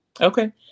Okay